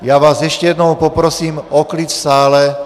Já vás ještě jednou poprosím o klid v sále.